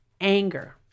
anger